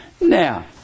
Now